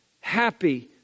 happy